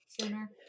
sooner